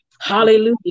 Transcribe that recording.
hallelujah